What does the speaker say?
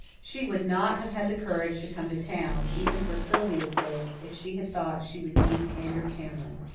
she would not have had the courage to come to town, even for sylvia's sake, if she had thought she would meet andrew cameron.